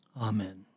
Amen